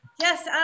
Yes